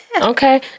Okay